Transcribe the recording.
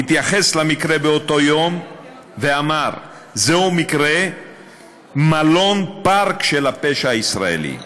התייחס למקרה באותו יום ואמר: "זהו מקרה 'מלון פארק' של הפשע הישראלי",